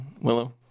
Willow